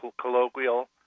colloquial